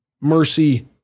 mercy